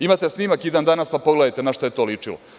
Imate snimak i dan danas, pa pogledajte našta je to ličilo.